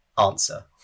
answer